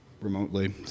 remotely